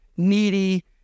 needy